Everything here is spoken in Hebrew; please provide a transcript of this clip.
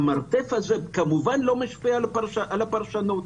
זה לא דבר שמפריע לפרשנות.